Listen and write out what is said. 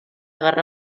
guerra